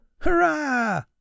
Hurrah